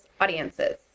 audiences